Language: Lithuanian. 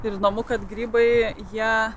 ir įdomu kad grybai jie